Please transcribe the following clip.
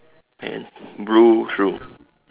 and blue shoe